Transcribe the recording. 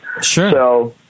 Sure